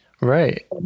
right